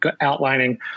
outlining